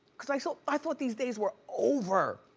because i so i thought these days were over.